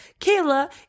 Kayla